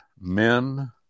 men